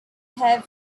have